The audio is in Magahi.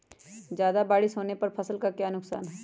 ज्यादा बारिस होने पर फसल का क्या नुकसान है?